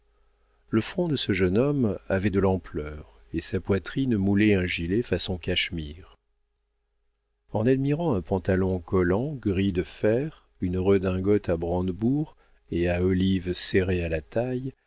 le front de ce jeune homme avait de l'ampleur et sa poitrine moulait un gilet façon cachemire en admirant un pantalon collant gris de fer une redingote à brandebourgs et à olives serrée à la taille